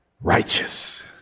righteous